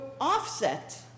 offset